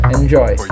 enjoy